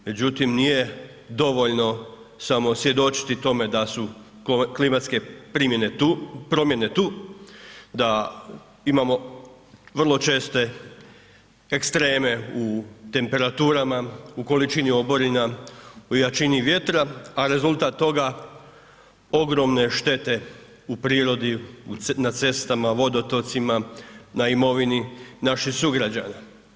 Međutim, nije divoljno samo svjedočiti tome da su klimatske promjene tu, da imamo vrlo česte ekstreme u temperaturama, u količini oborina, u jačini vjetra a rezultat toga ogromne štete u prirodi, na cestama, vodotocima, na imovini naših sugrađana.